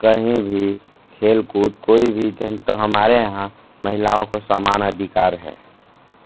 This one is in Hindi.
कहीं भी खेलकूद कोई भी जन तो हमारे यहाँ महिलाओं को समान अधिकार हैं